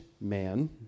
man